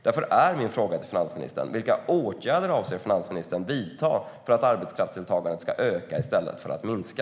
Därför är min fråga till finansministern: Vilka åtgärder avser finansministern att vidta för att arbetskraftsdeltagandet ska öka i stället för att minska?